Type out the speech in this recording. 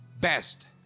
Best